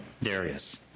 Darius